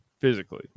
physically